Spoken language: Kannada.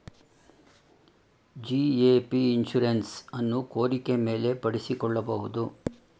ಜಿ.ಎ.ಪಿ ಇನ್ಶುರೆನ್ಸ್ ಅನ್ನು ಕೋರಿಕೆ ಮೇಲೆ ಪಡಿಸಿಕೊಳ್ಳಬಹುದು